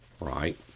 right